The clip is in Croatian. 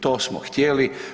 To smo htjeli.